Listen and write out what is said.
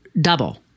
double